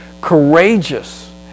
courageous